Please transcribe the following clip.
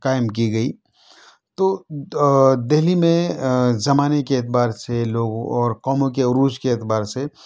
قائم کی گئی تو دہلی میں زمانے کے اعتبار سے لوگوں اور قوموں کے عروج کے اعتبار سے